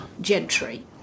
gentry